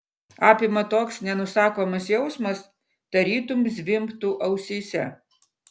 apima toks nenusakomas jausmas tarytum zvimbtų ausyse